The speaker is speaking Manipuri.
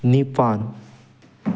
ꯅꯤꯄꯥꯜ